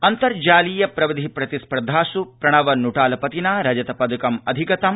अन्तर्जालीय प्रविधि प्रतिस्पर्धासु प्रणव नुटालपतिना रजतपदकमधिगतम्